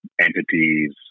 entities